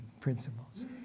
principles